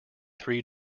three